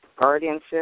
guardianship